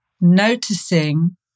noticing